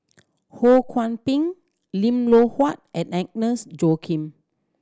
Ho Kwon Ping Lim Loh Huat and Agnes Joaquim